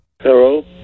Hello